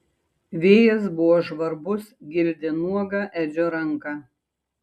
vėjas buvo žvarbus gildė nuogą edžio ranką